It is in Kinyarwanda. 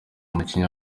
umukinnyi